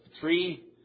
three